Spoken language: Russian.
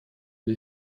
для